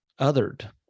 othered